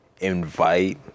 invite